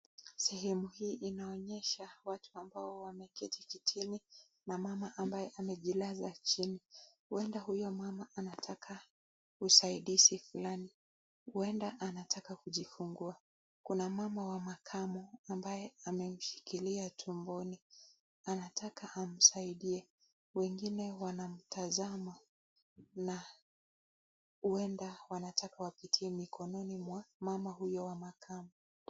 Sehemu hii inaonyesha watu ambao wameketi kitini na mama ambaye amejilaza chini. Huenda huyo mama anataka usaidizi fulani. Huenda anataka kujifungua. Kuna mama wa makamo ambaye amemshikilia tumboni, anataka amsaidie. Wengine wanamtazama na huenda wanataka wapitie mikononi mwa mama huyo wa makamo.